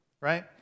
Right